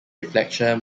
reflection